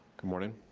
good morning.